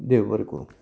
देव बरें करूं